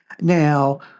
Now